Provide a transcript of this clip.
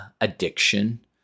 addiction